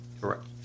Correct